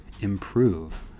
improve